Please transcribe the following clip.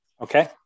Okay